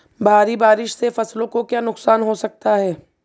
भारी बारिश से फसलों को क्या नुकसान हो सकता है?